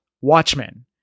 Watchmen